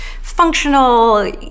functional